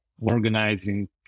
organizing